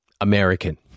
American